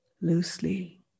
loosely